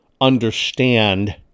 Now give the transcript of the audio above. understand